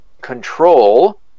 control